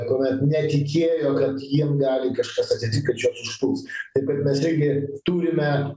kuomet netikėjo kad jiem gali kažkas atsitikt kad juos užpuls taip kad mes irgi turime